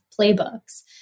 playbooks